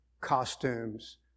costumes